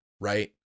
right